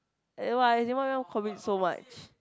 as in why as in why you want commit so much